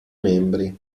membri